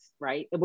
right